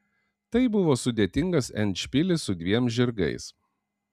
tai buvo sudėtingas endšpilis su dviem žirgais